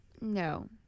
No